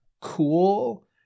cool